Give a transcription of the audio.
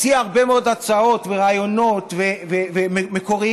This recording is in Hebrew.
הציעה הרבה מאוד הצעות ורעיונות מקוריים,